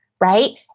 right